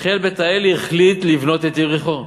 שחיאל בית האלי החליט לבנות את יריחו.